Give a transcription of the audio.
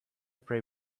prey